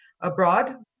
abroad